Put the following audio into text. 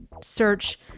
Search